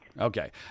Okay